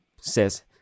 says